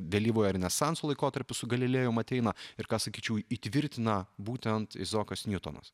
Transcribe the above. vėlyvojo renesanso laikotarpiu su galilėjum ateina ir ką sakyčiau įtvirtina būtent izaokas niutonas